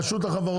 רשות החברות,